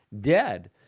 dead